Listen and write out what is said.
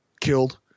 killed